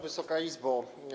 Wysoka Izbo!